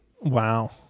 Wow